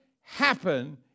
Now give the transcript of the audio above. happen